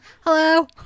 Hello